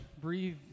Breathe